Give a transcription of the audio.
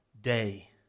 day